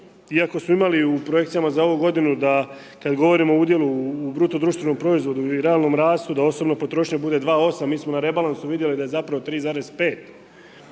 iako smo imali u projekcijama za ovu godinu da kad govorimo o udjelu u bruto društvenom proizvodu i realnom rastu, da osobna potrošnja bude 2,8, mi smo na rebalansu vidjeli da je zapravo 3,5.